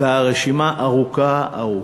והרשימה ארוכה ארוכה.